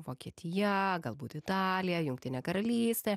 vokietija galbūt italija jungtinė karalystė